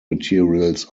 materials